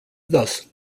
thus